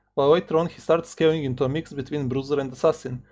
while later on he starts scaling into a mix between bruiser and assassin,